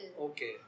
Okay